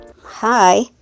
Hi